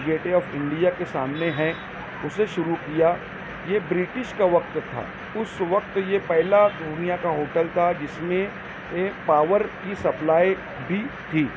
gateway of India کے سامنے ہے اسے شروع کیا یہ برٹش کا وقت تھا اس وقت یہ پہلا دنیا کا ہوٹل تھا جس میں یہ پاور کی سپلائی بھی تھی